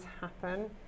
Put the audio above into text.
happen